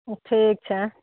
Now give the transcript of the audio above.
ठीक छै